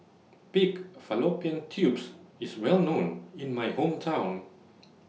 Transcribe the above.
Pig Fallopian Tubes IS Well known in My Hometown